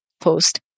post